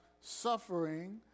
suffering